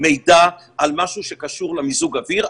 מידע על משהו שקשור למיזוג האוויר,